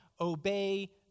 Obey